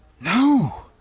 No